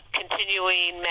continuing